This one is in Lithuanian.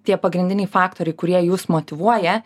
tie pagrindiniai faktoriai kurie jus motyvuoja